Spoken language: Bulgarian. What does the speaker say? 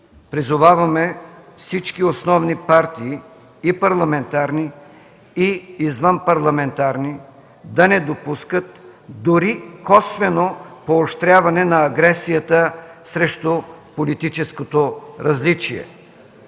Призоваваме всички основни партии – и парламентарни, и извънпарламентарни, да не допускат дори косвено поощряване на агресията срещу политическото различие.